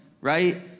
Right